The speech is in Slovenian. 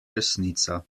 resnica